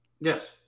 Yes